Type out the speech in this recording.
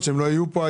הן לא זכאיות למענק